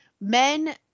men